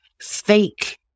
fake